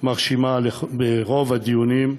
מרשימה ברוב הדיונים,